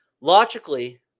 logically